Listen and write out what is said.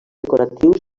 decoratius